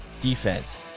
defense